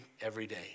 everyday